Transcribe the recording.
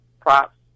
props